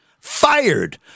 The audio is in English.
Fired